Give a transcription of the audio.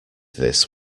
this